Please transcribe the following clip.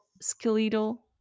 skeletal